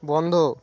বন্ধ